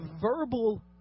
verbal